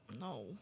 no